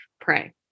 pray